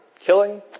Killing